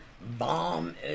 bomb